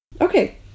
Okay